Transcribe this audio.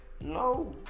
no